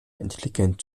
intelligent